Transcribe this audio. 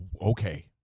okay